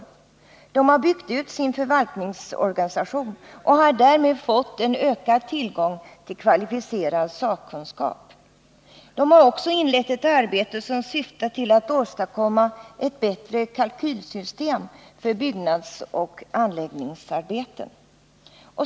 Kommunerna har byggt ut sin förvaltningsorganisation och har därmed fått en ökad tillgång till kvalificerad sakkunskap. De har också inlett ett arbete som syftar till att åstadkomma ett bättre kalkylsystem för byggnadsoch anläggningsarbeten.